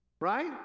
Right